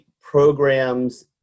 programs